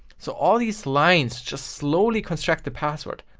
so all these lines just slowly construct the password.